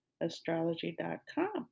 astrology.com